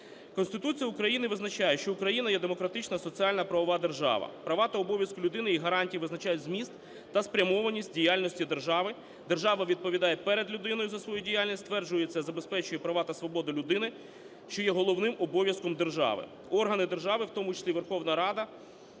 Конституція України визначає, що Україна є демократична, соціальна, правова держава. Права та обов'язки людини, їх гарантії визначають зміст та спрямованість діяльності держави. Держава відповідає перед людиною за свою діяльність. Утверджує і забезпечує права та свободи людини, що є головним обов'язком держави. Органи держави, в тому числі і Верховна Рада